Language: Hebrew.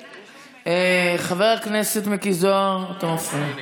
חבר הכנסת מיקי זוהר, אתה מפריע.